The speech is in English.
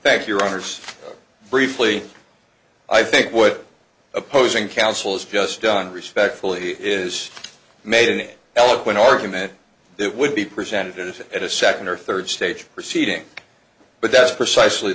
thank your honour's briefly i think what opposing counsel has just done respectfully is made an eloquent argument that would be presented at a second or third stage proceeding but that's precisely